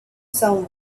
some